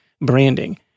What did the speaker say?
branding